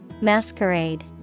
Masquerade